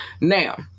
Now